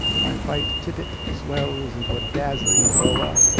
my white tippet swells into a dazzling boa,